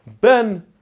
ben